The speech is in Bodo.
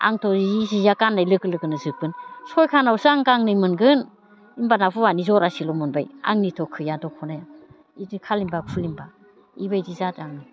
आंथ' बि सिया गाननाय लोगो लोगोनो जोबगोन सयखानावसो आं गांनै मोनगोन होनबाना हौवानि ज'रासेल' मोनबाय आंनिथ' गैया दखनाया बिदि खालिमबा खुलिमबा बेबायदि जादों आङो